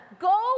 go